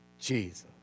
Jesus